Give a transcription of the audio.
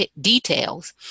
details